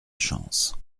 chance